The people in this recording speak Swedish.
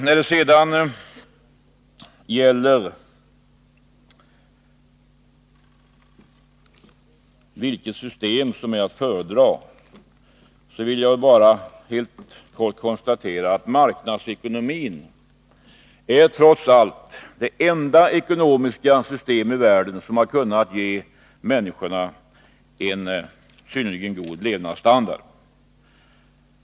När det gäller vilket system som är att föredra vill jag bara helt kort konstatera att marknadsekonomin trots allt är det enda ekonomiska system i världen som har kunnat ge människorna en synnerligen god levnadsstandard.